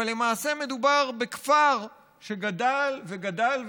אבל למעשה מדובר בכפר שגדל וגדל וגדל.